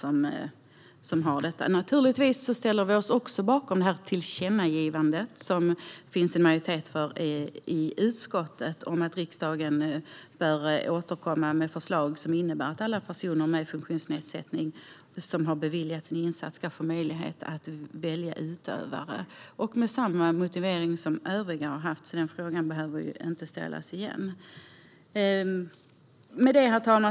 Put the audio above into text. Vi ställer oss naturligtvis också bakom tillkännagivandet som det finns en majoritet för i utskottet om att regeringen bör återkomma med förslag som innebär att alla personer med funktionsnedsättning som har beviljats en insats ska få möjlighet att välja utövare. Det gör vi med samma motivering som övriga har haft, så det behöver inte sägas igen. Herr talman!